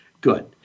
good